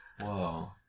whoa